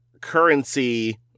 currency